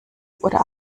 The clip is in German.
oder